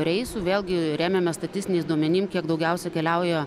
reisų vėlgi remiamės statistiniais duomenim kiek daugiausiai keliauja